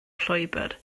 llwybr